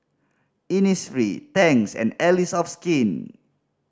Innisfree Tangs and Allies of Skin